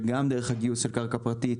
וגם דרך גיוס קרקע פרטית